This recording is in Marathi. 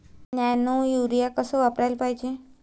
नैनो यूरिया कस वापराले पायजे?